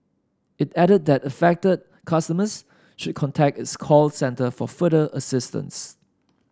it added that affected customers should contact its call centre for further assistance